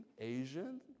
Asian